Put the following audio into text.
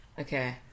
okay